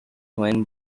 when